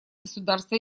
государства